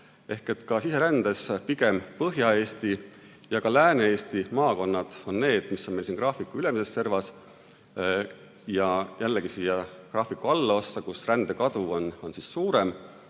Ehk ka siserändes pigem Põhja-Eesti ja Lääne-Eesti maakonnad on need, mis on meil siin graafiku ülemises servas. Ja jällegi, siia graafiku allossa, kus rändekadu on suurem,